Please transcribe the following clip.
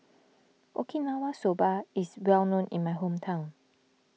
Okinawa Soba is well known in my hometown